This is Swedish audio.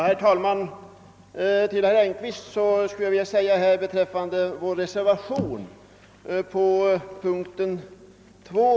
Herr talman! Jag vill först säga några ord till herr Engkvist beträffande vår reservation nr 2.